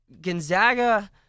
Gonzaga